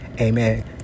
Amen